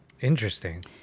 Interesting